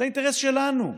זה אינטרס שלנו,